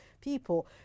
people